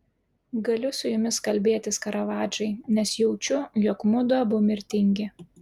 galiu su jumis kalbėtis karavadžai nes jaučiu jog mudu abu mirtingi